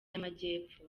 y’amajyepfo